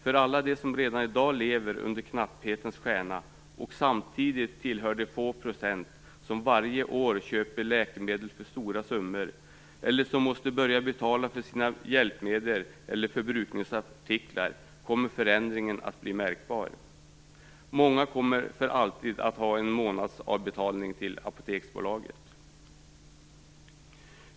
För alla dem som redan i dag lever under knapphetens stjärna och samtidigt tillhör de få procent som varje år köper läkemedel för stora summor eller som måste börja betala för sina hjälpmedel eller förbrukningsartiklar kommer förändringen att bli märkbar. Många kommer för alltid att ha en månadsavbetalning till Apoteksbolaget.